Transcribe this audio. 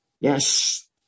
Yes